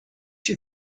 you